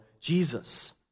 Jesus